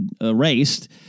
erased